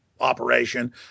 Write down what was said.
operation